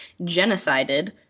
genocided